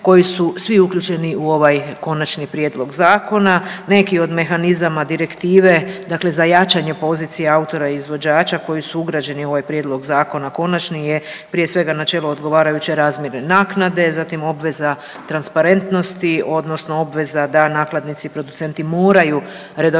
koji su svi uključeni u ovaj Konačni prijedlog zakona. Neki od mehanizama Direktive dakle za jačanje pozicija autora i izvođača koji su ugrađeni u ovaj Prijedlog zakona konačni je prije svega načelo odgovarajuće razmjerne naknade, zatim obveza transparentnosti odnosno obveza da nakladnici producenti moraju redovito